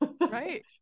Right